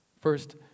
First